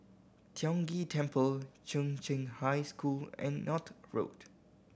Tiong Ghee Temple Chung Cheng High School and North Road